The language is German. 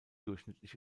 durchschnittlich